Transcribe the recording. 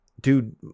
dude